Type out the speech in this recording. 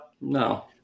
No